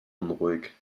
unruhig